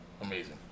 amazing